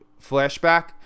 flashback